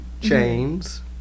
Chains